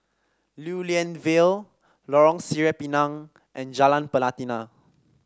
Lew Lian Vale Lorong Sireh Pinang and Jalan Pelatina